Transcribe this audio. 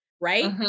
right